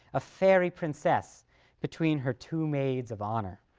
a fairy princess between her two maids of honor.